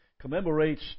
commemorates